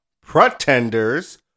pretenders